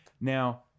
Now